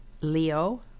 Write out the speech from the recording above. Leo